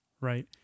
right